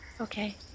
Okay